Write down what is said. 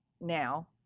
now